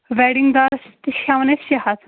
wedding دارس تہِ چھِ ہیوان أسۍ شیٚے ہتھ